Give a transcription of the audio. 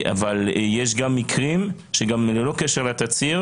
יש גם מקרים שללא קשר לתצהיר